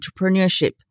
entrepreneurship